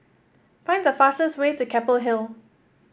find the fastest way to Keppel Hill